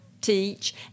teach